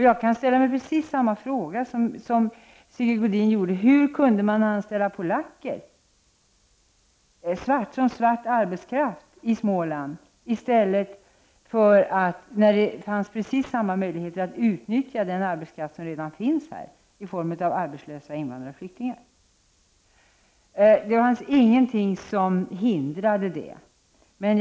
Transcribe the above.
Jag kan ställa precis samma fråga som Sigge Godin ställde: Hur kunde man anställa polacker som svart arbetskraft i Småland, när det fanns precis samma möjligheter att utnyttja den arbetskraft som redan finns här i form av arbetslösa invandrarflyktingar? Det fanns ingenting som hindrade att man utnyttjade dem.